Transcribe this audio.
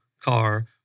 car